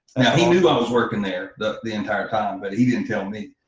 he knew i was working there the the entire time, but he didn't tell me.